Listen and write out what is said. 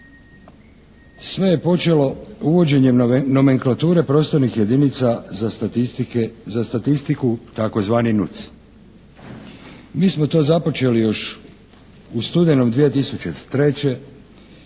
Sve je počelo uvođenjem nomenklature prostornih jedinica za statistiku tzv. NUC. Mi smo to započeli još u studenome 2003.